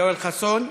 יואל חסון,